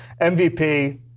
MVP